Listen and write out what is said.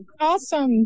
awesome